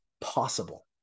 possible